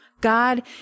God